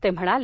ते म्हणाले